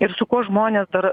ir su kuo žmonės dar